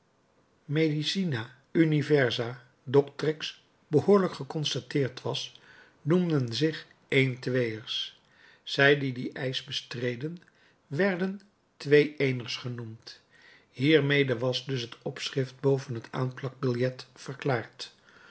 eene medicinae universae doctrix behoorlijk geconstateerd was noemden zich eentweeërs zij die dien eisch bestreden werden tweeëeners genoemd hiermede was dus het opschrift boven het aanplakbiljet verklaard